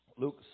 Luke